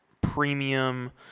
premium